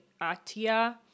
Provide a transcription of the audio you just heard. Atia